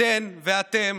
אתן ואתם